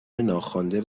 ناخوانده